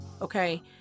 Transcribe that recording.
okay